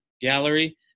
Gallery